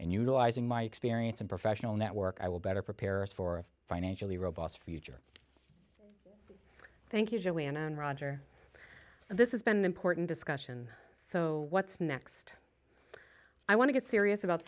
and utilizing my experience and professional network i will better prepare us for financially robust future thank you julian and roger this is been an important discussion so what's next i want to get serious about